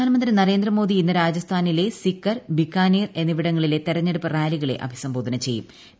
പ്രധാന്യമിത്രി നരേന്ദ്രമോദി ഇന്ന് രാജസ്ഥാനിലെ സിക്കർ ബിക്കാനീർ എന്നിവടങ്ങളിലെ തിരഞ്ഞെടുപ്പ് റാലികളെ അഭിസംബോധന ചെയ്യുട്